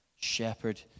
shepherd